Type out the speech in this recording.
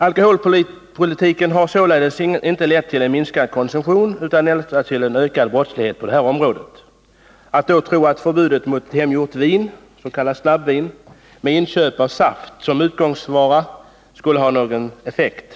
Alkoholpolitiken har således inte lett till en minskad konsumtion utan endast till en ökad brottslighet på det här området. Det är befängt att då tro att förbud mot hemgjort vin, s.k. snabbvin, med saft som råvara skulle ha någon effekt.